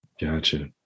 Gotcha